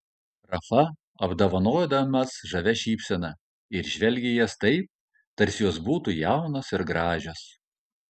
rafa apdovanojo damas žavia šypsena ir žvelgė į jas taip tarsi jos būtų jaunos ir gražios